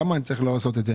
למה אני צריך לעשות את זה?